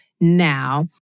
Now